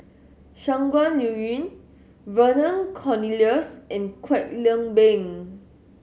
Shangguan Liuyun Vernon Cornelius and Kwek Leng Beng